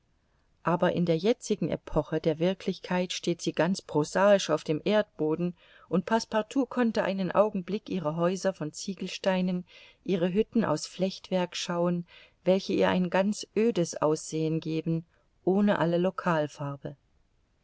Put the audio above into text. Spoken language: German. aber in der jetzigen epoche der wirklichkeit steht sie ganz prosaisch auf dem erdboden und passepartout konnte einen augenblick ihre häuser von ziegelsteinen ihre hütten aus flechtwerk schauen welche ihr ein ganz ödes aussehen geben ohne alle